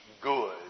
good